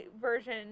version